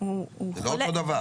זה לא אותו הדבר.